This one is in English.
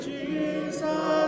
Jesus